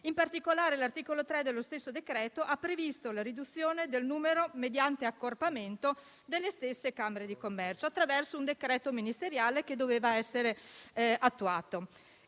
In particolare, l'articolo 3 dello stesso decreto ha previsto la riduzione mediante accorpamento del numero delle stesse camere di commercio, attraverso un decreto ministeriale che doveva essere attuato.